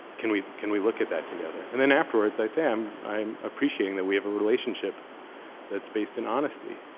can we can we look at that together? and then, afterwards, i say, i'm i'm appreciating that we have a relationship that's based in honesty,